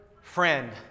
friend